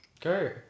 Go